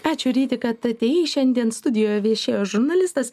ačiū ryti kad atėjai šiandien studijoj viešėj žurnalistas